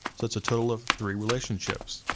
so it's a total of three relationships.